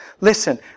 Listen